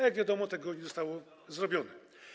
Jak wiadomo, to nie zostało zrobione.